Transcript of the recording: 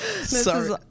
Sorry